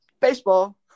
baseball